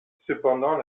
cependant